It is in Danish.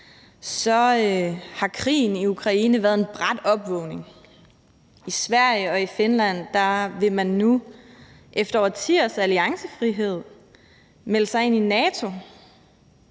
så har krigen i Ukraine været en brat opvågning. I Sverige og i Finland vil man nu efter årtiers alliancefrihed melde sig ind i NATO.